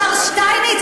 השר שטייניץ,